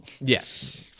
yes